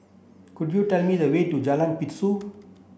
could you tell me the way to Jalan Pintau